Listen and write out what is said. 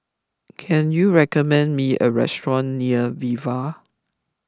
can you recommend me a restaurant near Viva